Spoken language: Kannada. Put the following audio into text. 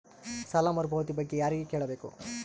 ಸಾಲ ಮರುಪಾವತಿ ಬಗ್ಗೆ ಯಾರಿಗೆ ಕೇಳಬೇಕು?